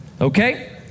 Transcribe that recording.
Okay